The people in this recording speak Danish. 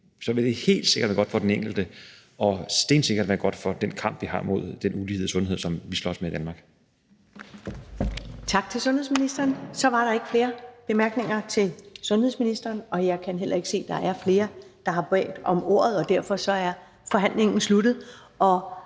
det vil helt sikkert være godt for den enkelte og stensikkert være godt for den kamp, vi har mod den ulighed i sundhed, som vi slås med i Danmark. Kl. 11:09 Første næstformand (Karen Ellemann): Tak til sundhedsministeren. Så var der ikke flere korte bemærkninger til sundhedsministeren. Der er ikke flere, der har bedt om ordet, så derfor er forhandlingen sluttet.